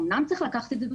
אמנם צריך לקחת